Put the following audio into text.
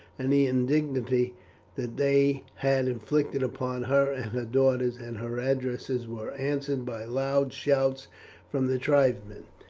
and the indignity that they had inflicted upon her and her daughters and her addresses were answered by loud shouts from the tribesmen.